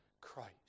Christ